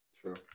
True